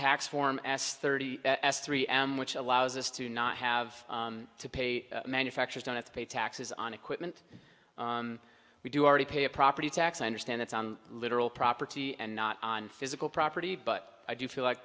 tax form as thirty s three m which allows us to not have to pay manufactures don't have to pay taxes on equipment we do already pay a property tax i understand it's a literal property and not on physical property but i do feel like